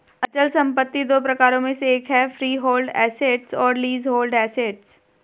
अचल संपत्ति दो प्रकारों में से एक है फ्रीहोल्ड एसेट्स और लीजहोल्ड एसेट्स